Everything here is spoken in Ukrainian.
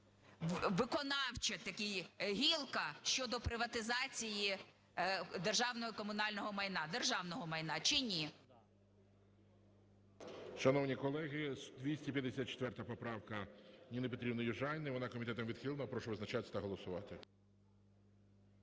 виконавча таки гілка щодо приватизації державного і комунального майна, державного майна, чи ні? ГОЛОВУЮЧИЙ. Шановні колеги, 254 поправка Ніни Петрівни Южаніної. Вона комітетом відхилена. Прошу визначатися та голосувати.